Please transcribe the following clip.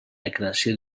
declaració